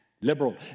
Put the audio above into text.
Liberal